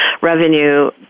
revenue